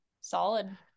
Solid